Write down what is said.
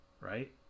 right